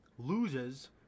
loses